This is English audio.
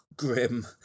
grim